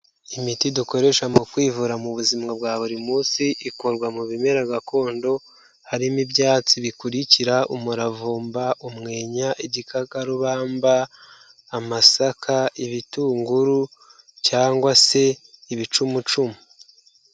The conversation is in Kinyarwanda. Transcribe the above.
Imiti dukoresha mu kwivura mu buzima bwa buri munsi, ikorwa mu bimera gakondo, harimo ibyatsi bikurikira umuravumba, umwenya, igikarubamba, amasaka, ibitunguru cyangwa se ibicumucumu.